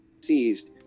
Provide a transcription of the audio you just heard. seized